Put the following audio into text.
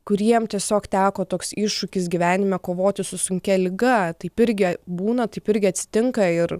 kuriem tiesiog teko toks iššūkis gyvenime kovoti su sunkia liga taip irgi būna taip irgi atsitinka ir